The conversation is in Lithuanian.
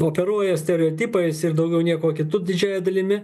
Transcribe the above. operuoja stereotipais ir daugiau niekuo kitu didžiąja dalimi